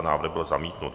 Návrh byl zamítnut.